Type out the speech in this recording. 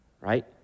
right